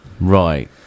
Right